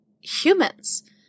humans